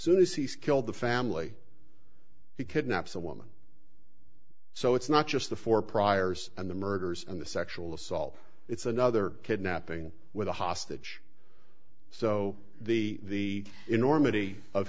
soon as he's killed the family he kidnapped the woman so it's not just the four priors and the murders and the sexual assault it's another kidnapping with a hostage so the enormity of